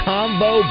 Combo